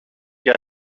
για